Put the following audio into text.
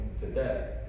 today